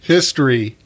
History